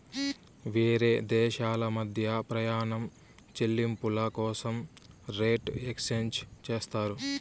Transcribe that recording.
వేరే దేశాల మధ్య ప్రయాణం చెల్లింపుల కోసం రేట్ ఎక్స్చేంజ్ చేస్తారు